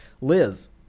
Liz